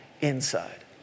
inside